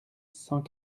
cent